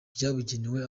byabugenewe